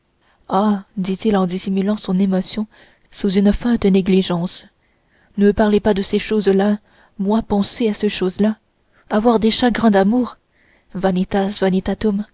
dit-il en dissimulant son émotion sous une feinte négligence ne parlez pas de ces choses-là moi penser à ces choses-là avoir des chagrins d'amour